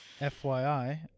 FYI